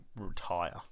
retire